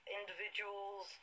individuals